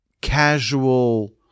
casual